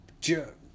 jerk